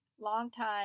longtime